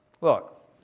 look